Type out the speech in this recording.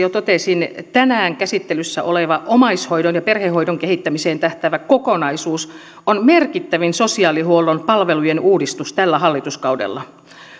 jo totesin tänään käsittelyssä oleva omaishoidon ja perhehoidon kehittämiseen tähtäävä kokonaisuus on merkittävin sosiaalihuollon palvelujen uudistus tällä hallituskaudella